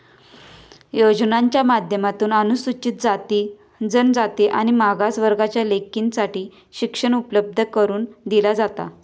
योजनांच्या माध्यमातून अनुसूचित जाती, जनजाति आणि मागास वर्गाच्या लेकींसाठी शिक्षण उपलब्ध करून दिला जाता